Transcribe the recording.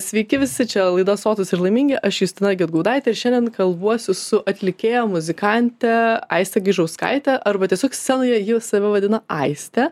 sveiki visi čia laida sotūs ir laimingi aš justina gedgaudaitė ir šiandien kalbuosi su atlikėja muzikante aiste gaižauskaite arba tiesiog scenoje ji save vadina aiste